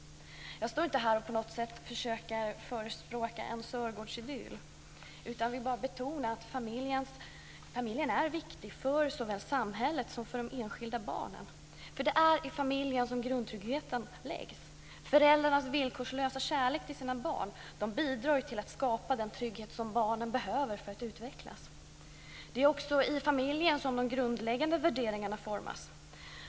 Jag står inte här och på något sätt försöker förespråka en Sörgårdsidyll. Jag vill bara betona att familjen är viktig för såväl samhället som för de enskilda barnen. Det är i familjen som grundtryggheten läggs. Föräldrarnas villkorslösa kärlek till sina barn bidrar till att skapa den trygghet som barnen behöver för att utvecklas. Det är också i familjen som de grundläggande värderingarna formas.